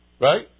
Right